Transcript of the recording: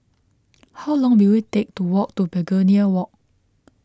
how long will it take to walk to Begonia Walk